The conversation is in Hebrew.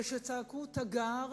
וכשצעקו "תגר,